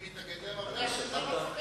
אני מתנגד להן, אבל לא מפחד מהן.